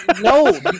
No